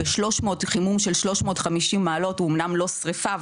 חימום של 350 מעלות הוא אמנם לא שריפה],